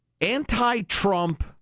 anti-Trump